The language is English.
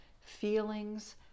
Feelings